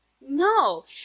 No